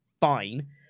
fine